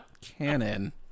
Canon